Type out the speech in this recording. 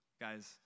guys